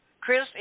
Chris